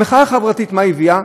המחאה החברתית, מה היא הביאה?